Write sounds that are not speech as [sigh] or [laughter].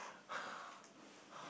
[laughs]